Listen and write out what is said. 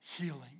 healing